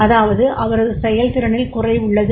அதாவது அவரது செயல்திறனில் குறைவுள்ளது